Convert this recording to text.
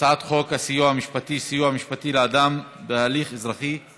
הצעת חוק הסיוע המשפטי (סיוע משפטי לאדם בהליך אזרחי לפי